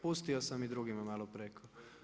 Pustio sam i drugima malo preko.